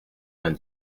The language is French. vingt